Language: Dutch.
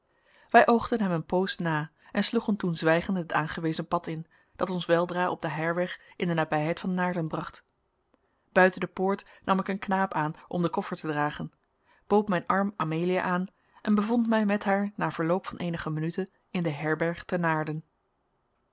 wij oogden hem een poos na en sloegen toen zwijgend het aangewezen pad in dat ons weldra op den heirweg in de nabijheid van naarden bracht buiten de poort nam ik een knaap aan om den koffer te dragen bood mijn arm amelia aan en bevond mij met haar na verloop van eenige minuten in de herberg te naarden